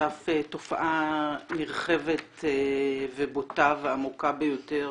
שחשף תופעה נרחבת ובוטה ועמוקה ביותר